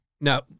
Now